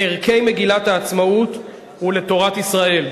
לערכי מגילת העצמאות ולתורת ישראל.